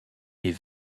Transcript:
est